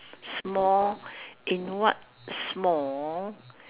small in what small